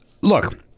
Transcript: Look